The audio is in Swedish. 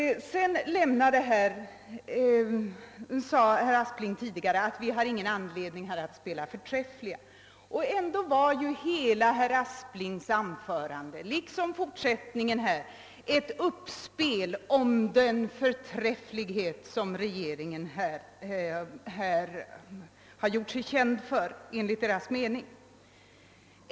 Herr Aspling sade också tidigare att vi inte har någon anledning att förhäva oss, och ändå var hela herr Asplings anförande och dess fortsättning ett uppspel av den förträfflighet som regeringen gjort sig känd för — enligt sin egen mening.